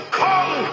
come